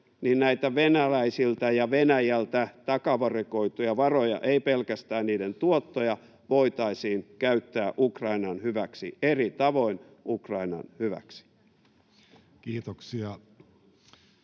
niin näitä venäläisiltä ja Venäjältä takavarikoituja varoja, ei pelkästään niiden tuottoja, voitaisiin käyttää Ukrainan hyväksi, eri tavoin Ukrainan hyväksi. Kiitoksia.